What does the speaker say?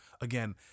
again